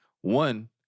One